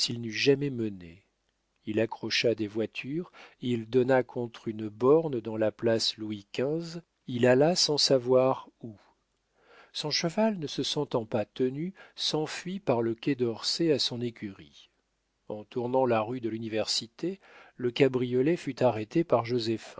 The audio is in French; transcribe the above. jamais mené il accrocha des voitures il donna contre une borne dans la place louis xv il alla sans savoir où son cheval ne se sentant pas tenu s'enfuit par le quai d'orsay à son écurie en tournant la rue de l'université le cabriolet fut arrêté par